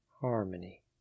harmony